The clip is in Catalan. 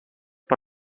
per